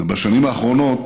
בשנים האחרונות